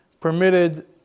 permitted